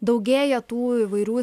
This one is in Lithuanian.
daugėja tų įvairių